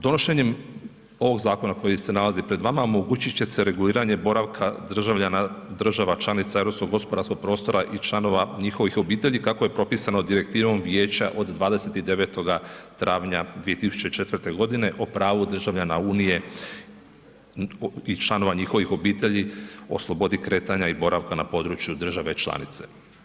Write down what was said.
Donošenjem ovog zakona koji se nalazi pred vama, omogućit će se reguliranje boravka državljana država članica europskog gospodarskog prostora i članova njihovih obitelji kako je propisano direktivom Vijeća od 29. travnja 2004. g. o pravu državljana Unije i članova njihovih obitelji o slobodi kretanja i boravka na području države članice.